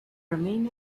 remain